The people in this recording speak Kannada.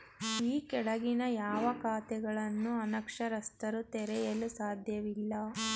ಈ ಕೆಳಗಿನ ಯಾವ ಖಾತೆಗಳನ್ನು ಅನಕ್ಷರಸ್ಥರು ತೆರೆಯಲು ಸಾಧ್ಯವಿಲ್ಲ?